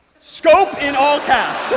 scope in all caps.